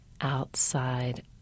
outside